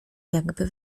jakby